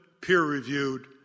peer-reviewed